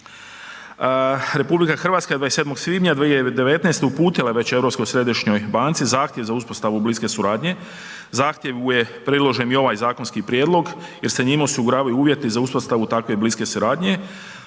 institucija. RH je 27. svibnja 2019. uputila već Europskoj središnjoj banci zahtjev za uspostavu bliske suradnje, zahtjevu je priložen i ovaj zakonski prijedlog jer se njime osiguravaju uvjeti za uspostavu takve bliske suradnje.